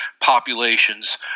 populations